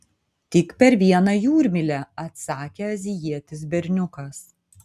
tik per vieną jūrmylę atsakė azijietis berniukas